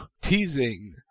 teasing